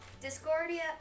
Discordia